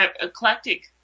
eclectic